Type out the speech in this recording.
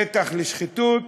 פתח לשחיתות,